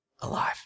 alive